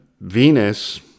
Venus